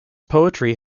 poetry